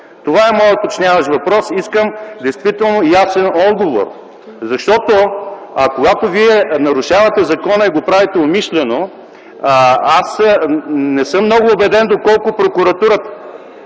Това е моят уточняващ въпрос и искам действително ясен отговор. Когато Вие нарушавате закона и го правите умишлено, не съм много убеден доколко прокуратурата